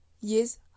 yes